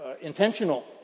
intentional